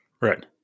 Right